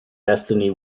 destiny